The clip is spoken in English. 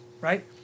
right